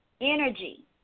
energy